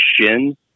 shin